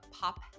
pop